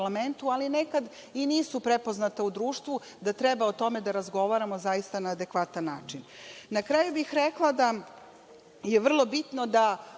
ali ponekad nisu prepoznata u društvu, da treba o tome da razgovaramo na adekvatan način. Na kraju, rekla bih da je vrlo bitno da